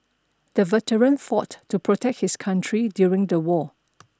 the veteran fought to protect his country during the war